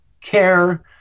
care